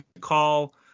call